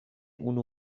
unu